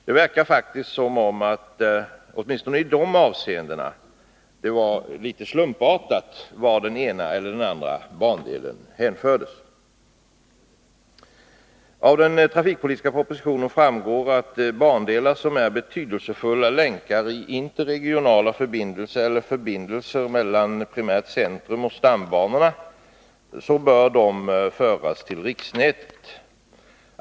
Det verkar faktiskt som om det är litet slumpartat — åtminstone i detta avseende — vart den ena eller den andra bandelen hänfördes. Av den trafikpolitiska propositionen framgår att bandelar som är betydelsefulla länkar i interregionala förbindelser eller förbindelser mellan primärt centrum och stambanorna bör föras till riksnätet.